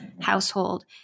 household